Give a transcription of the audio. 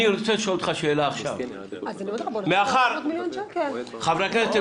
אני רוצה לשאול אותך שאלה עכשיו: מאחר ------ חברי הכנסת,